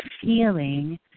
feeling